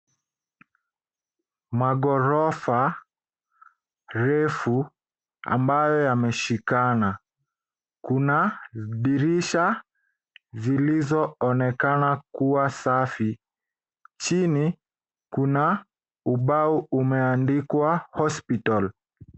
Magorofa refu ambayo yameshikana, kuna dirisha zilizo onekana kuwa safi. Chini kuna ubao umeandikwa hospital .